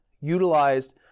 utilized